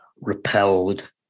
repelled